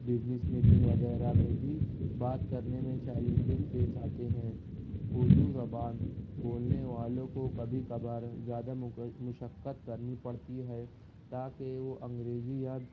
business meeting وغیرہ میں بھی بات کرنے میں چیلنجز پیش آتے ہیں اردو زبان بولنے والوں کو کبھی کبھار زیادہ مشقت کرنی پڑتی ہے تاکہ وہ انگریزی یا